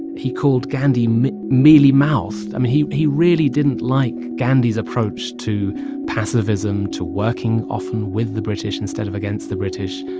he called gandhi mealy-mouthed. i mean, he he really didn't like gandhi's approach to pacifism, to working often with the british instead of against the british.